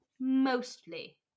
Mostly